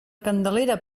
candelera